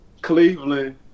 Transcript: Cleveland